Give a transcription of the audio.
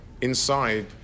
inside